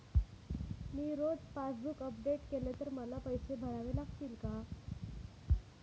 मी जर रोज passbook update केले तर मला पैसे भरावे लागतील का?